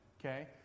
okay